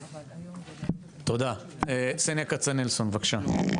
תודה, סניה כצנלסון בבקשה.